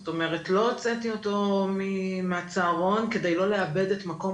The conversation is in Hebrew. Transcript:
זאת אומרת לא הוצאתי אותו מהצהרון כדי לא לאבד את מקום